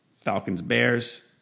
Falcons-Bears